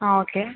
ആ ഓക്കെ